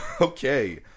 okay